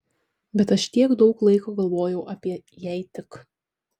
bet aš tiek daug laiko galvojau apie jei tik